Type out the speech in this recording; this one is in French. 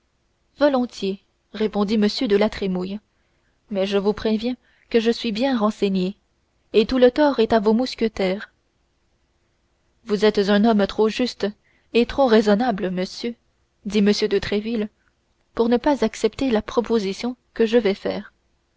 volontiers répondit m de la trémouille mais je vous préviens que je suis bien renseigné et tout le tort est à vos mousquetaires vous êtes un homme trop juste et trop raisonnable monsieur dit m de tréville pour ne pas accepter la proposition que je vais faire